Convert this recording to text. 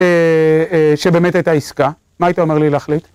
שבאמת הייתה עסקה, מה היית אומר לי להחליט?